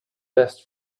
best